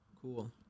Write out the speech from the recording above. Cool